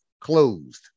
closed